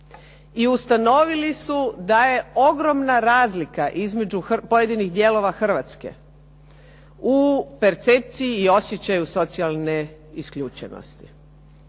i ustanovili su da je ogromna razlika između pojedinih dijelova Hrvatske u percepciji i osjećaju socijalne isključenosti.